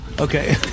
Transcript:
Okay